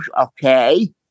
okay